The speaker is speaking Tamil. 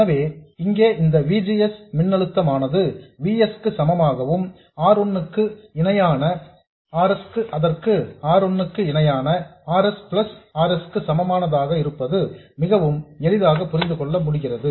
எனவே இங்கே இந்த V G S மின்னழுத்தமானது V s க்கு சமமாகவும் R 1 க்கு இணையான R s அதற்கு R 1 க்கு இணையான R 2 பிளஸ் R s க்கு சமமானதாக இருப்பது மிகவும் எளிதாக புரிந்து கொள்ள முடிகிறது